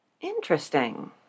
Interesting